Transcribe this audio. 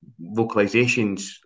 vocalizations